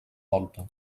volta